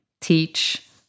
teach